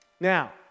Now